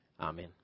Amen